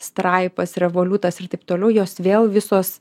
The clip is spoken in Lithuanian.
straipas revoliutas ir taip toliau jos vėl visos